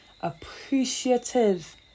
appreciative